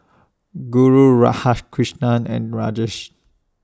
Guru Radhakrishnan and Rajesh